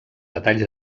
detalls